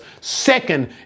second